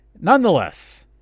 Nonetheless